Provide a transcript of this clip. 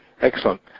Excellent